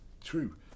true